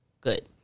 good